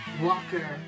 Walker